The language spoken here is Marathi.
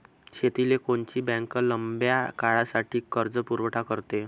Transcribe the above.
शेतीले कोनची बँक लंब्या काळासाठी कर्जपुरवठा करते?